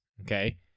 Okay